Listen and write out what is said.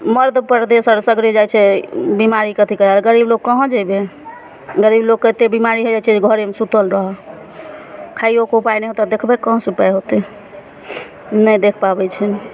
मध्यप्रदेश आर सगरे जाइ छै ई बिमारीके अथी करए लए गरीब लोक कहाँ जैबै गरीब लोकके एतेक बिमारी हो जाइ छै घरेमे सुतल रहल खाइयोके उपाय नहि तब देखबएक कहाँसे उपाइ होतै नहि देख पाबै छै